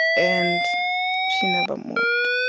and she never moved.